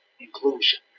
inclusion